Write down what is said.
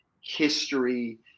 history